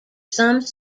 some